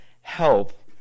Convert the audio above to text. help